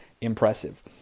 impressive